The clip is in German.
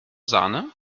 sahne